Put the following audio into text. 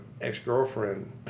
ex-girlfriend